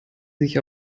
sich